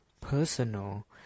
personal